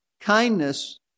kindness